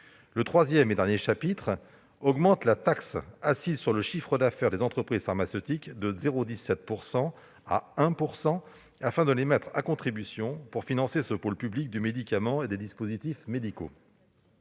Le troisième et dernier chapitre porte la taxe assise sur le chiffre d'affaires des entreprises pharmaceutiques de 0,17 % à 1 %, afin de mettre ces dernières à contribution pour financer ce pôle public du médicament et des dispositifs médicaux.